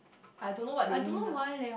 I don't know what they mean ah